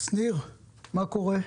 שניר, מה קורה?